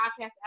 podcast